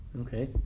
okay